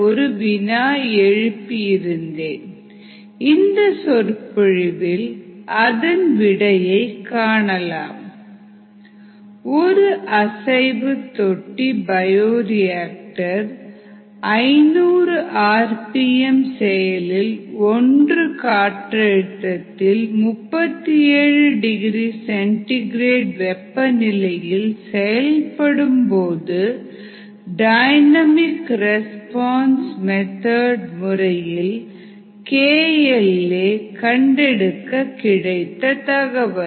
ஒரு அசைவு தொட்டி bioreactor 500 R P M செயலில் 1 காற்றழுத்தத்தில் 37 டிகிரி சென்டி கிரேட் வெப்பநிலையில் செயல்படும்போது டைனமிக் ரெஸ்பான்ஸ் முறையில் KL a கண்டெடுக்க கிடைத்த தகவல்